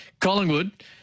Collingwood